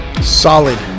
Solid